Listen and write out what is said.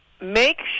Make